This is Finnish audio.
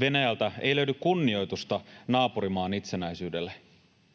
Venäjältä ei löydy kunnioitusta naapurimaan itsenäisyydelle.